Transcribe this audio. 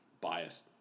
biased